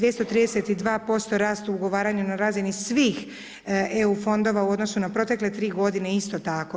232% rastu ugovaranja na razini svih EU fondova u odnosu na protekle tri godine isto tako.